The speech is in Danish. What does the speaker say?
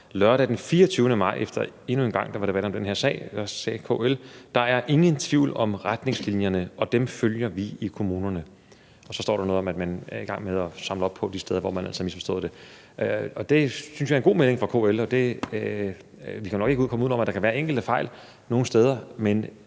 lørdag den 24. maj, efter at der endnu en gang var debat om den her sag. Der sagde KL, at der er »ingen tvivl om retningslinjerne, og dem følger vi i kommunerne«. Og så står der noget om, at man er i gang med at samle op de steder, hvor man altså har misforstået dem. Det synes jeg er en god melding fra KL. Vi kan nok ikke komme uden om, at der kan være enkelte fejl nogle steder, men